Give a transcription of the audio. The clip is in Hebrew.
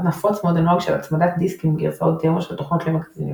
אז נפוץ מאוד הנוהג של הצמדת דיסק עם גרסאות דמו של תוכנות למגזינים.